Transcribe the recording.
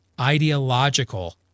ideological